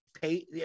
pay